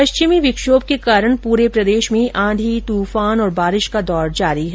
पश्चिमी विक्षोभ के कारण पूरे प्रदेश में आंधी तूफान और बारिश का दौर जारी है